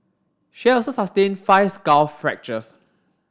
she had also sustain five skull fractures